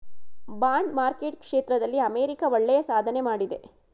bond market ಕ್ಷೇತ್ರದಲ್ಲಿ America ಒಳ್ಳೆಯ ಸಾಧನೆ ಮಾಡಿದೆ